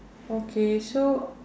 okay so